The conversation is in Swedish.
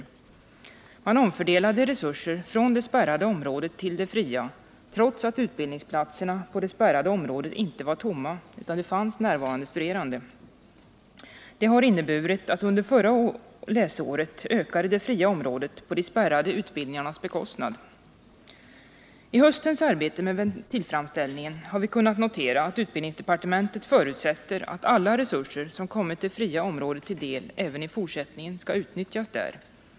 Man 20 december 1978 omfördelade resurser från det spärrade området till det fria, trots att utbildningsplatserna på det spärrade området inte var tomma; det fanns närvarande studerande. Det har inneburit att under förra läsåret ökade det fria området på de spärrade utbildningarnas bekostnad. I höstens arbete med ventilframställningen har vi kunnat notera att utbildningsdepartementet förutsätter att alla resurser, som kommit det fria området till del, även i fortsättningen skall utnyttjas där.